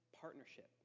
partnership